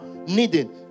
needing